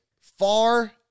far